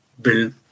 build